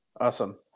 Awesome